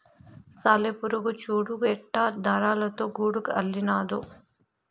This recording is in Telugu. సాలెపురుగు చూడు ఎట్టా దారాలతో గూడు అల్లినాదో